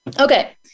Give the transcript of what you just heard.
Okay